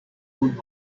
nun